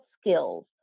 skills